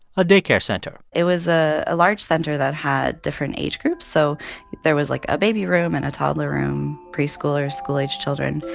a day care center it was a a large center that had different age groups, so there was, like, a baby room and a toddler room, preschoolers, school-age children.